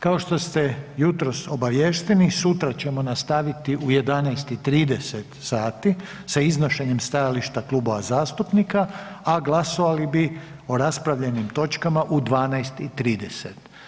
Kao što ste jutros obaviješteni, sutra ćemo nastaviti u 11,30 sati sa iznošenjem stajališta klubova zastupnika, a glasovali bi o raspravljenim točkama u 12,30.